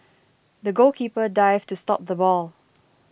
the goalkeeper dived to stop the ball